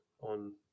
on